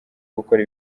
gukora